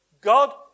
God